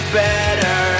better